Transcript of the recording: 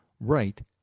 right